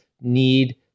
need